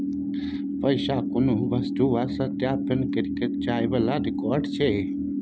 पैसा कुनु वस्तु आ सत्यापन केर जाइ बला रिकॉर्ड छै